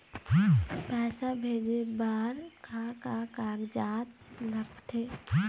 पैसा भेजे बार का का कागजात लगथे?